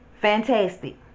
fantastic